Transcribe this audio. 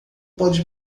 pode